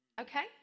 Okay